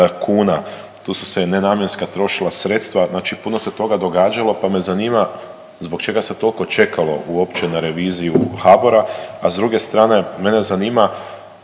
kuna, tu su se i nenamjenska trošila sredstva, znači puno se toga događalo, pa me zanima zbog čega se toliko čekalo uopće na reviziju HBOR-a, a s druge strane, mene zanima